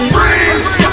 Freeze